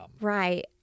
Right